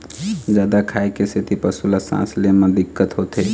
जादा खाए के सेती पशु ल सांस ले म दिक्कत होथे